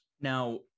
Now